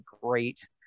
great